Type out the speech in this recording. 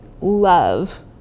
love